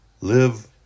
Live